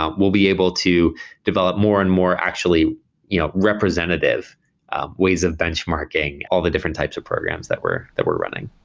um we'll be able to develop more and more actually you know representative ways of benchmarking all the different types of programs that we're that we're running.